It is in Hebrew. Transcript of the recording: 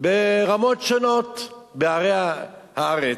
ברמות שונות בערי הארץ.